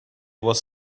was